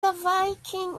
viking